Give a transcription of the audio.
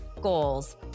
goals